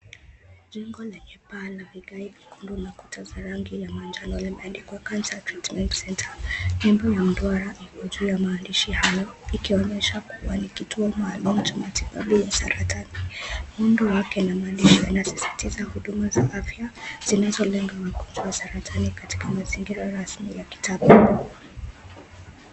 Jengo lenye paa la vigae vyekundu na kuta za rangi ya manjano yameandikwa cancer centre. Nembo imeundwa juu ya maandishi hayo ikionyesha kuwa ni kituo maalum cha matibabu ya saratani. Muundo wake na maandishi yanasisitiza huduma za afya zinazolenga magonjwa ya saratani katika mazingira rasmi ya kitabibu.